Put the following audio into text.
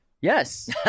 Yes